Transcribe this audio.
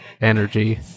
energy